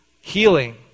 Healing